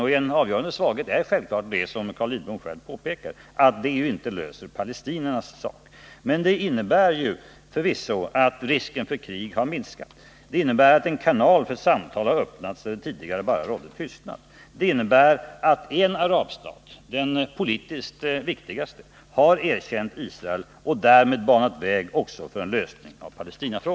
En avgörande svaghet är självfallet att det inte löser Palestinaproblemet. Men avtalet innebär förvisso att risken för krig har minskat och att en kanal för samtal har öppnats där det tidigare bara rådde Nr 31 tystnad. Och det innebär att en arabstat, den politiskt viktigaste, har erkänt Måndagen den Israel och därmed banat väg också för en lösning av Palestinaproblemet.